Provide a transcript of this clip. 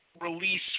release